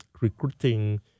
recruiting